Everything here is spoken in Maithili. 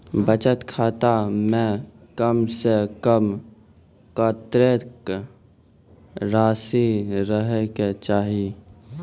बचत खाता म कम से कम कत्तेक रासि रहे के चाहि?